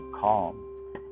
calm